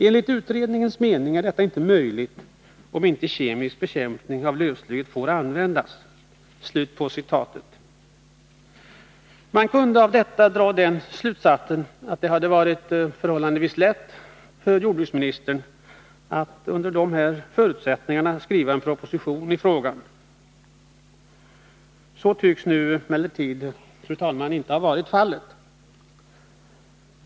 Enligt utredningens mening är detta inte möjligt om inte kemisk bekämpning av lövet får användas.” Man kunde av detta ha dragit den slutsatsen att det skulle ha varit förhållandevis lätt för jordbruksministern att under dessa förutsättningar skriva en proposition i frågan. Så tycks nu emellertid, fru talman, inte ha varit fallet.